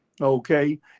Okay